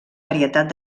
varietat